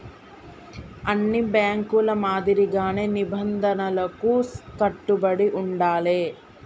అన్ని బ్యేంకుల మాదిరిగానే నిబంధనలకు కట్టుబడి ఉండాలే